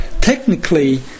Technically